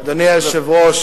חשש.